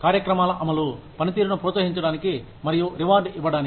కార్యక్రమాల అమలు పనితీరును ప్రోత్సహించడానికి మరియు రివార్డ్ ఇవ్వడానికి